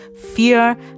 fear